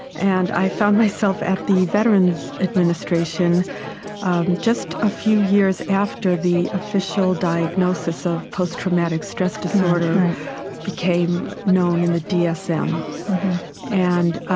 and i found myself at the veteran's administration um just a few years after the official diagnosis of post-traumatic stress disorder became known in the dsm and